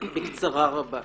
בקצרה רבה.